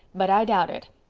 but i doubt it.